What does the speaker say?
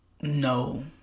No